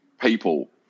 people